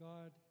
God